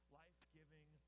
life-giving